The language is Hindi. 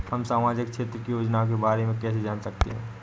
हम सामाजिक क्षेत्र की योजनाओं के बारे में कैसे जान सकते हैं?